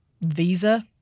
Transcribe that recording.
visa